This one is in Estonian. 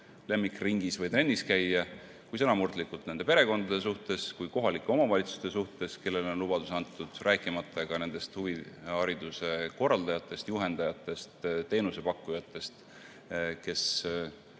oma lemmikringis või ‑trennis käia, sõnamurdlikult nende perekondade suhtes, aga ka kohalike omavalitsuste suhtes, kellele on antud lubadus, rääkimata huvihariduse korraldajatest, juhendajatest, teenusepakkujatest, kes